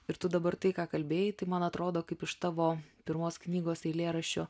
ir tu dabar tai ką kalbėjai tai man atrodo kaip iš tavo pirmos knygos eilėraščio